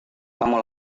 kamu